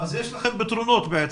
אז יש לכם פתרונות, בעצם.